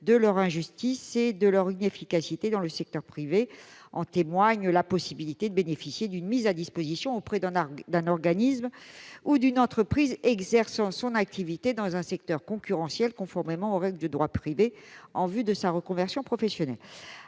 de leur injustice et de leur inefficacité dans le secteur privé. En témoigne la possibilité de bénéficier d'une mise à disposition auprès d'un organisme ou d'une entreprise « exerçant son activité dans un secteur concurrentiel conformément aux règles de droit privé », en vue de sa reconversion professionnelle.